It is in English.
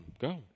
go